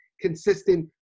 consistent